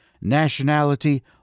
nationality